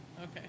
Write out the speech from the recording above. Okay